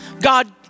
God